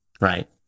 right